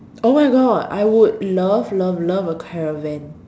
!oh-my-God! I would love love love a caravan